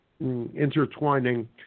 intertwining